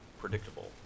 predictable